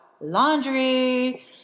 laundry